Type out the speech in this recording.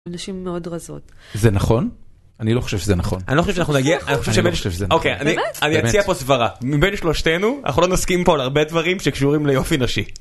הנשים מאוד רזות. זה נכון? אני לא חושב שזה נכון. אני לא חושב שזה נכון. באמת? באמת. אני אציע פה סברה. מבין שלושתנו, אנחנו לא נסכים פה על הרבה דברים שקשורים ליופי נשי.